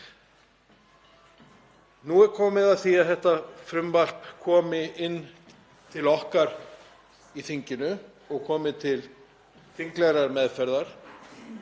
Nú er komið að því að þetta frumvarp komi til okkar í þinginu til þinglegrar meðferðar.